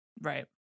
Right